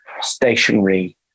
stationary